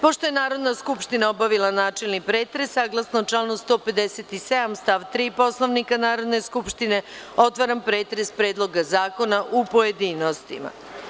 Pošto je Narodna skupština obavila načelni pretres, saglasno članu 157. stav 3. Poslovnika Narodne skupštine, otvaram pretres Predloga zakona u pojedinostima.